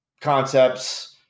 concepts